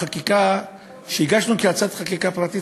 בחקיקה שהגשנו כהצעת חוק פרטית,